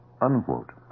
unquote